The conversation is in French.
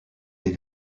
des